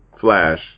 Flash